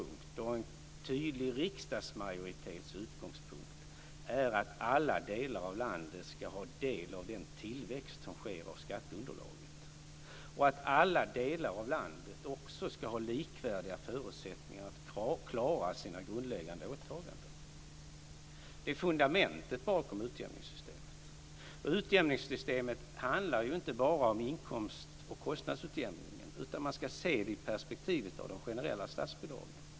Vår och en tydlig riksdagsmajoritets utgångspunkt är att alla delar av landet ska ha del av den tillväxt som sker av skatteunderlaget och att alla delar av landet ska ha likvärdiga förutsättningar att klara sina grundläggande åtaganden. Det är fundamentet bakom utjämningssystemet. Utjämningssystemet handlar inte bara om inkomst och kostnadsutjämningen. Det ska också ses i perspektivet av de generella statsbidragen.